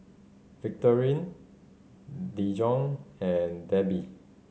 Victorine Dijon and Debi